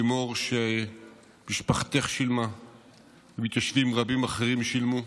לימור, שמשפחתך שילמה ומתיישבים רבים אחרים שילמו.